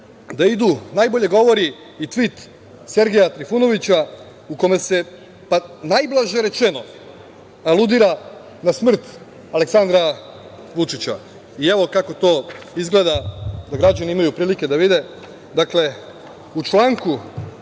da idu najbolje govori i tvit Sergeja Trifunovića u kome se najblaže rečeno aludira na smrt Aleksandra Vučića. Evo, kako to izgleda, da građani imaju prilike da vide. Dakle, u članku